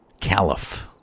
caliph